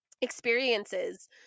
experiences